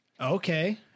Okay